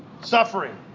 suffering